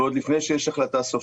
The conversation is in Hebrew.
ועוד לפני שיש החלטה סופית.